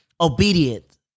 obedient